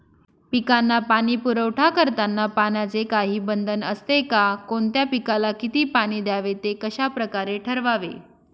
पिकांना पाणी पुरवठा करताना पाण्याचे काही बंधन असते का? कोणत्या पिकाला किती पाणी द्यावे ते कशाप्रकारे ठरवावे?